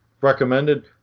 recommended